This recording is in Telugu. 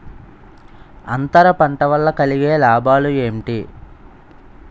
అంతర పంట వల్ల కలిగే లాభాలు ఏంటి